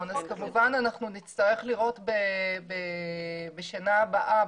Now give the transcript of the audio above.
אנחנו נצטרך לראות בשנה הבאה,